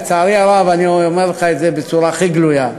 לצערי הרב אני אומר לך את זה בצורה הכי גלויה,